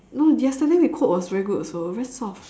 no yesterday we cook was very good also very soft